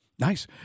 Nice